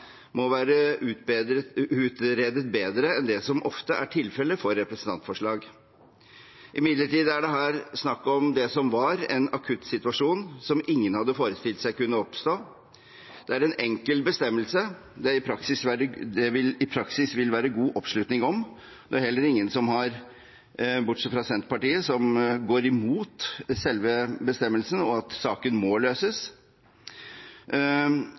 må være utredet bedre enn det som ofte er tilfellet for representantforslag. Imidlertid er det her snakk om det som var en akuttsituasjon som ingen hadde forestilt seg kunne oppstå. Det er en enkel bestemmelse det i praksis vil være god oppslutning om, og det er heller ingen, bortsett fra Senterpartiet, som går imot selve bestemmelsen og at saken må løses.